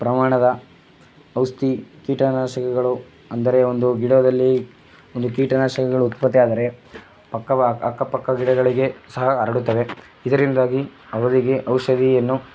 ಪ್ರಮಾಣದ ಔಷಧಿ ಕೀಟನಾಶಕಗಳು ಅಂದರೆ ಒಂದು ಗಿಡದಲ್ಲಿ ಒಂದು ಕೀಟನಾಶಕಗಳು ಉತ್ಪತ್ತಿಯಾದರೆ ಪಕ್ಕದ ಅಕ್ಕ ಅಕ್ಕಪಕ್ಕದ ಗಿಡಗಳಿಗೆ ಸಹ ಹರಡುತ್ತದೆ ಇದರಿಂದಾಗಿ ಅವರಿಗೆ ಔಷಧಿಯನ್ನು